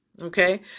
Okay